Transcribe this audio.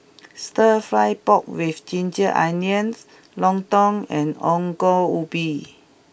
Stir Fry Pork with Ginger Onions Lontong and Ongol Ubi